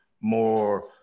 more